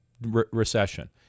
recession